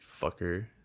fucker